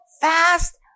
fast